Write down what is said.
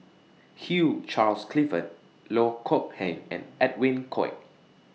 Hugh Charles Clifford Loh Kok Heng and Edwin Koek